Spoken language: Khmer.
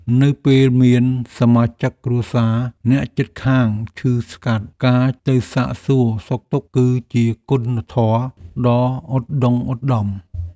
នៅពេលមានសមាជិកគ្រួសារអ្នកជិតខាងឈឺថ្កាត់ការទៅសាកសួរសុខទុក្ខ គឺជាគុណធម៌ដ៏ឧត្តុង្គឧត្តម។